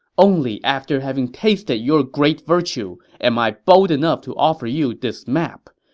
only after having tasted your great virtue am i bold enough to offer you this map.